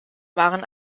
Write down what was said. waren